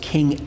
King